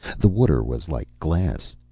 the water was like glass.